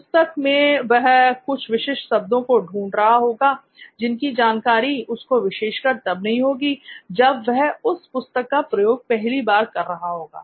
पुस्तक में वह कुछ विशिष्ट शब्दों को ढूंढ रहा होगा जिनकी जानकारी उसको विशेषकर तब नहीं होगी जब वह उस पुस्तक का प्रयोग पहली बार कर रहा होगा